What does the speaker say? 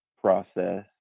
process